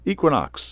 Equinox